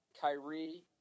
Kyrie